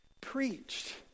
preached